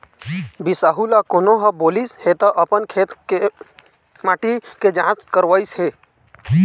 बिसाहू ल कोनो ह बोलिस हे त अपन खेत के माटी के जाँच करवइस हे